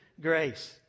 grace